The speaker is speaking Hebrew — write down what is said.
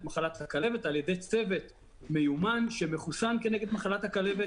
מחלת הכלבת על-ידי צוות מיומן שמחוסן נגד מחלת הכלבת